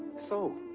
so.